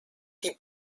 die